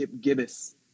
Gibbous